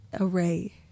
array